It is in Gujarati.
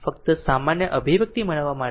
ફક્ત સામાન્ય અભિવ્યક્તિ મેળવવા માટે